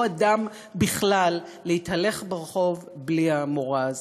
או אדם בכלל, להתהלך ברחוב בלי המורא הזה.